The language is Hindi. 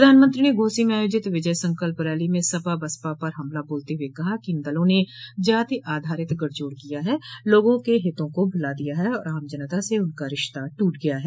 प्रधानमंत्री ने घोसी में आयोजित विजय संकल्प रैली में सपा बसपा पर हमला बोलते हुए कहा कि इन दलों ने जाति आधारित गठजोड़ किया है लोगों के हितों को भुला दिया है और आम जनता से उनका रिश्ता ट्रट गया है